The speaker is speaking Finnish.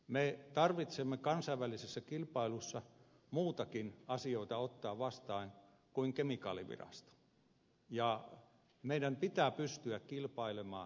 meidän tarvitsee kansainvälisessä kilpailussa ottaa muitakin asioita vastaan kuin kemikaalivirasto ja meidän pitää pystyä kilpailemaan niissä asioissa